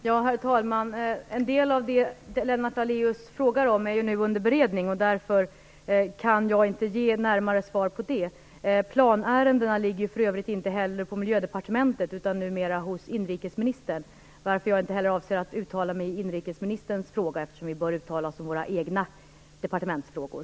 Herr talman! En del av det som Lennart Daléus frågar om är nu under beredning. Därför kan jag inte ge närmare svar på dessa frågor. Planärendena ligger för övrigt inte i Miljödepartementet utan numera hos inrikesministern. Jag avser inte att uttala mig i inrikesministerns fråga, eftersom vi bör uttala oss om våra egna departements frågor.